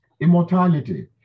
immortality